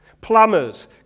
plumbers